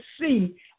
see